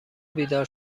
بیدار